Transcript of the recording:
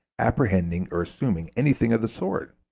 apprehending, or assuming anything of the sort